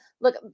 look